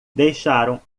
deixaram